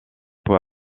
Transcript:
peut